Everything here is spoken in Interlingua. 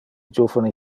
juvene